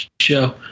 show